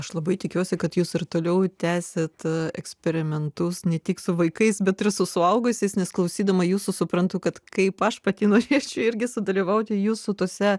aš labai tikiuosi kad jūs ir toliau tęsiate eksperimentus ne tik su vaikais bet ir su suaugusiais nes klausydama jūsų suprantu kad kaip aš pati nusinešiu irgi sudalyvauti jūsų tose